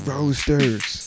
Roasters